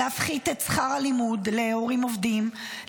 להפחית את שכר הלימוד להורים עובדים,